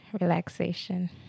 relaxation